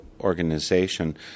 organization